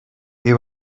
they